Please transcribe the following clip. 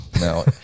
no